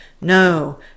no